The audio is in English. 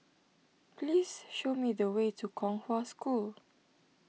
please show me the way to Kong Hwa School